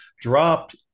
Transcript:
dropped